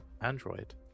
android